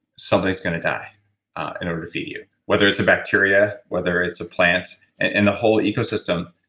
something's going to die in order to feed you. whether it's a bacteria, whether it's a plant and the whole ecosystem,